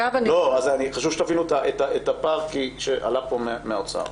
חשוב שתבינו את הפער שעלה פה מהאוצר.